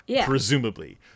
presumably